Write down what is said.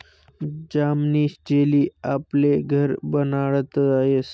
जामनी जेली आपले घर बनाडता यस